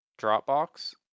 Dropbox